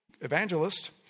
evangelist